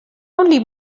only